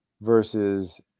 versus